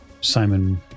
Simon